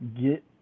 get